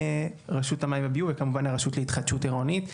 רשות המים והביוב וכמובן הרשות להתחדשות עירונית.